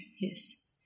yes